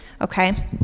okay